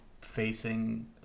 facing